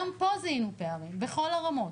גם פה זיהינו פערים בכל הרמות.